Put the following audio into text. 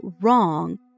wrong